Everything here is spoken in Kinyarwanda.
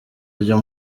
ryo